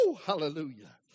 Hallelujah